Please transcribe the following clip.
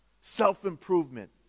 Self-improvement